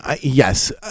yes